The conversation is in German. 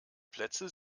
plätze